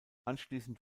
anschließend